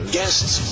guests